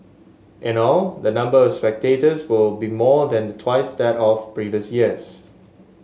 in all the number of spectators will be more than twice that of previous years